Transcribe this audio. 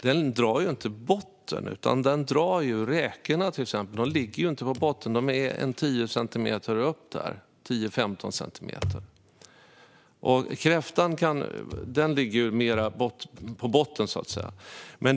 Den drar inte botten, utan den drar till exempel räkor, som inte ligger på botten utan 10-15 centimeter upp, medan kräftor ligger mer på botten.